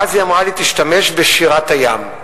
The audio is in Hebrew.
ואז היא אמרה לי: תשתמש בשירת הים.